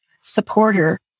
supporter